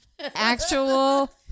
Actual